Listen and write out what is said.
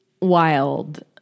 wild